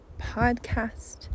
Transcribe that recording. podcast